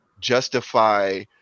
justify